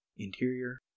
Interior